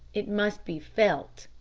it must be felt.